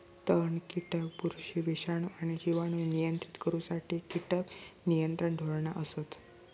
तण, कीटक, बुरशी, विषाणू आणि जिवाणू नियंत्रित करुसाठी कीटक नियंत्रण धोरणा असत